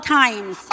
times